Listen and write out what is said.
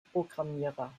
programmierer